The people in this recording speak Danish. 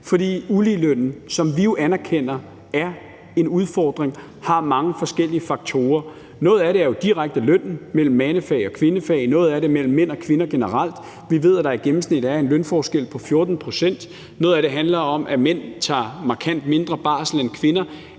For uligelønnen, som vi jo anerkender er en udfordring, har mange forskellige faktorer. Noget af det er direkte lønnen i mandefag og kvindefag, og noget af det er mellem mænd og kvinder generelt. Vi ved, at der i gennemsnit er en lønforskel på 14 pct. Noget af det handler om, at mænd tager markant mindre barsel end kvinder.